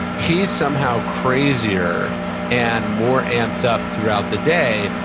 he's somehow crazier and more amped up throughout the day,